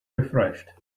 refreshed